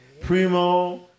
primo